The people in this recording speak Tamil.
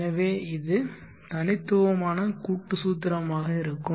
எனவே இது தனித்துவமான கூட்டு சூத்திரமாக இருக்கும்